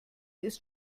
ist